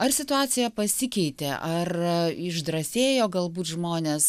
ar situacija pasikeitė ar išdrąsėjo galbūt žmonės